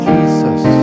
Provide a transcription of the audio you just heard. Jesus